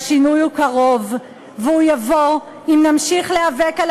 והשינוי קרוב והוא יבוא אם נמשיך להיאבק על